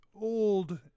Old